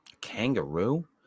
Kangaroo